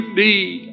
need